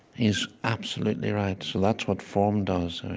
he's absolutely right. so that's what form does